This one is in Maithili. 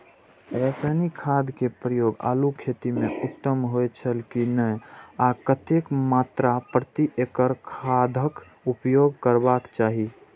रासायनिक खाद के प्रयोग आलू खेती में उत्तम होय छल की नेय आ कतेक मात्रा प्रति एकड़ खादक उपयोग करबाक चाहि?